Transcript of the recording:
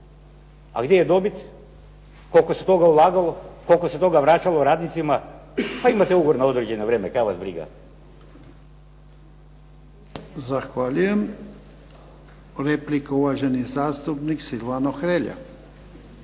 A gdje je dobit, koliko se toga ulagalo, koliko se toga vraćalo radnicima, pa imate ugovor na određeno vrijeme kaj vas briga. **Jarnjak, Ivan (HDZ)** Zahvaljujem. Replika uvaženi zastupnik Silvano Hrelja.